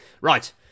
Right